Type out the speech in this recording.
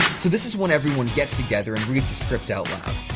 so this is when everyone gets together and reads the script out loud.